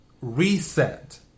Reset